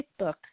Facebook